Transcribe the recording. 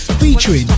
Featuring